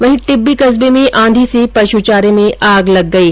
वही टिब्बी कस्बे में आंधी से पशुचारे में आग लग गयी